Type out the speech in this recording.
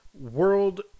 world